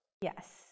Yes